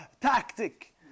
tactic